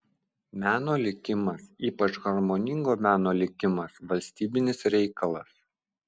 meno likimas ypač harmoningo meno likimas valstybinis reikalas